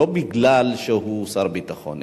לא מפני שהוא שר הביטחון,